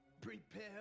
Prepare